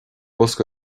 bosca